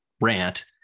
rant